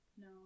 No